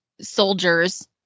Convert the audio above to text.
soldiers